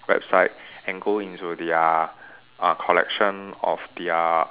website and go into their uh collection of their